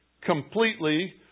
completely